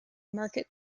market